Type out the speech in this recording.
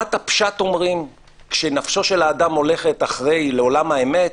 בחוכמת הפשט אומרים: כשנפשו של האדם הולכת לעולם האמת,